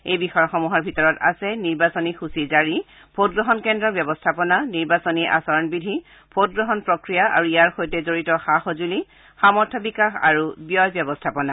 এই বিষয়সমূহৰ ভিতৰত আছে নিৰ্বাচনী সূচী জাৰি ভোটগ্ৰহণ কেন্দ্ৰৰ ব্যৱস্থাপনা নিৰ্বাচনী আচৰণবিধি ভোটগ্ৰহণ প্ৰক্ৰিয়া আৰু ইয়াৰ সৈতে জড়িত সা সজুলি সামৰ্থ বিকাশ আৰু ব্যয় ব্যৱস্থাপনা